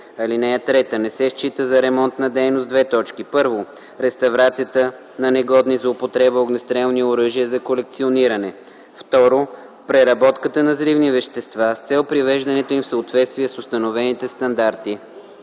оръжия. (3) Не се счита за ремонтна дейност: 1. реставрацията на негодни за употреба огнестрелни оръжия за колекциониране; 2. преработката на взривни вещества с цел привеждането им в съответствие с установените стандарти.”